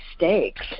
mistakes